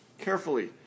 carefully